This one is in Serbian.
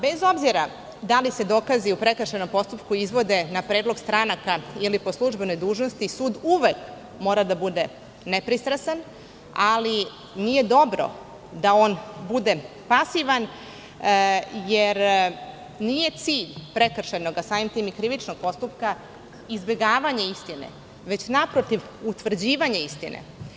Bez obzira da li se dokazi u prekršajnom postupku izvode na predlog stranaka ili po službenoj dužnosti, sud uvek mora da bude nepristrasan, ali nije dobro da on bude pasivan, jer nije cilj prekršajnog, a samim tim i krivičnog postupka, izbegavanje istine, već naprotiv, utvrđivanje istine.